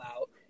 out